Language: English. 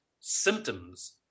symptoms